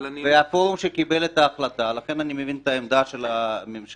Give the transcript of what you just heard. והפורום שקיבל את ההחלטה - לכן אני מבין את העמדה של הממשלה